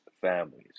families